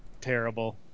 terrible